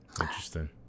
interesting